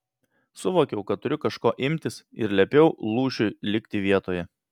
suvokiau kad turiu kažko imtis ir liepiau lūšiui likti vietoje